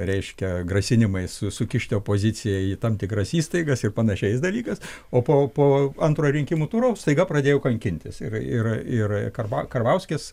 reiškia grasinimais sukišti opoziciją į tam tikras įstaigas ir panašiais dalykais o po po antro rinkimų turo staiga pradėjo kankintis ir ir ir karba karbauskis